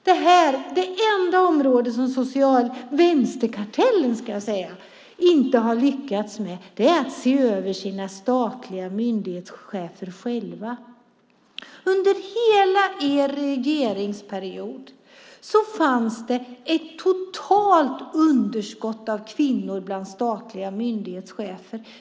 Nej, det område som vänsterkartellen inte har lyckats med är att se över statliga myndighetschefer. Under hela er regeringsperiod fanns ett underskott av kvinnor bland statliga myndighetschefer.